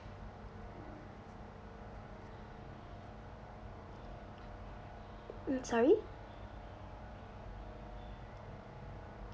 mm sorry